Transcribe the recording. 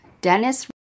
Dennis